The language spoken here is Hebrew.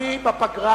אני בפגרה